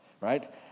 right